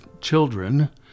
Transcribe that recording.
children